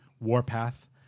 Warpath